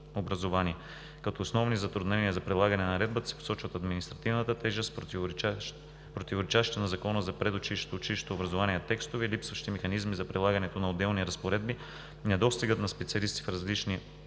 Като основни затруднения за прилагане на Наредбата се посочват административната тежест, противоречащите на Закона за предучилищното и училищното образование текстове, липсващи механизми за прилагането на отделни разпоредби, недостигът на специалисти с различни